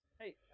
hey